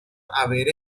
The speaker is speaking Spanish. haber